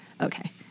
okay